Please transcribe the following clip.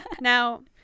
now